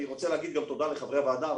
אני רוצה להגיד תודה גם לחברי הוועדה.